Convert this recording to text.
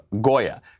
Goya